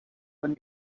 von